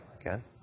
again